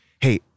Hey